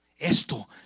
Esto